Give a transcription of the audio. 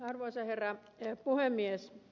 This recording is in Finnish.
arvoisa herra puhemies